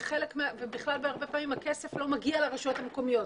ובכלל הרבה פעמים הכסף לא מגיע לרשויות המקומיות.